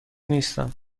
نیستم